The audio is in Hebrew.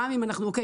גם אם קיימות,